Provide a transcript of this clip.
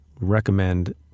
recommend